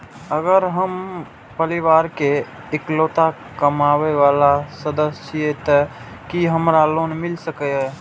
अगर हम परिवार के इकलौता कमाय वाला सदस्य छियै त की हमरा लोन मिल सकीए?